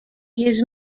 his